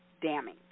damning